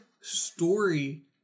story